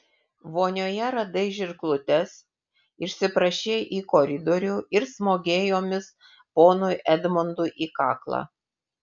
vonioje radai žirklutes išsiprašei į koridorių ir smogei jomis ponui edmundui į kaklą